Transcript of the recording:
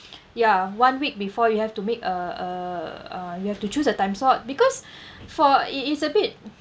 ya one week before you have to make uh uh uh you have to choose a time slot because for it it's a bit